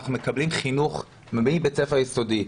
אנחנו מקבלים חינוך מבית ספר יסודי.